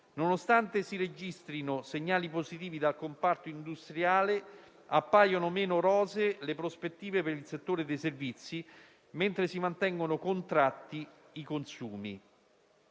Nonostante si registrino segnali positivi dal comparto industriale, appaiono meno rosee le prospettive per il settore dei servizi, mentre si mantengono contratti i consumi.